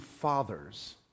fathers